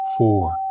Four